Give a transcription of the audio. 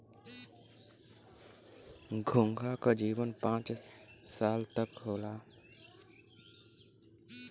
घोंघा क जीवन पांच साल तक क होला